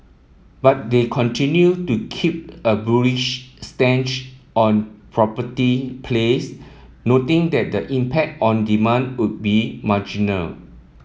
but they continued to keep a bullish stance on property plays noting that the impact on demand would be marginal